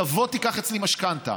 תבוא ותיקח אצלי משכנתה,